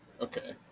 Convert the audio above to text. Okay